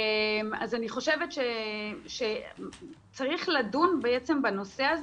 אני חושבת שצריך לדון בנושא הזה,